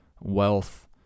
wealth